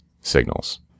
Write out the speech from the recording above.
signals